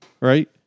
right